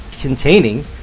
containing